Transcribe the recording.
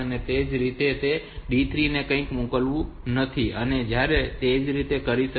તે જ રીતે જ્યારે તે D3 ને કંઈક મોકલવાનું નક્કી કરે છે ત્યારે એ જ રીતે તે કરી શકે છે